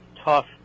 tough